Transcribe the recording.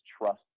trust